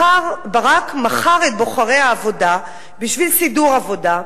ברק מכר את בוחרי העבודה בשביל סידור עבודה,